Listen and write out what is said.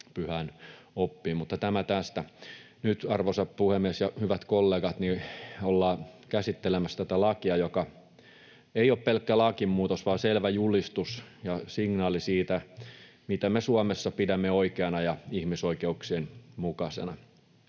mutta tämä tästä. Nyt, arvoisa puhemies ja hyvät kollegat, ollaan käsittelemässä tätä lakia, joka ei ole pelkkä lakimuutos, vaan selvä julistus ja signaali siitä, mitä me Suomessa pidämme oikeana ja ihmisoikeuksien mukaisena.